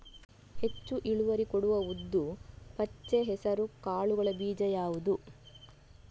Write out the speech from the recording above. ಹೆಚ್ಚು ಇಳುವರಿ ಕೊಡುವ ಉದ್ದು, ಪಚ್ಚೆ ಹೆಸರು ಕಾಳುಗಳ ಬೀಜ ಯಾವುದು?